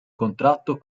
contratto